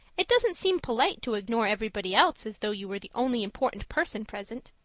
it doesn't seem polite to ignore everybody else as though you were the only important person present.